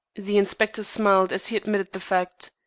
the inspector smiled as he admitted the fact.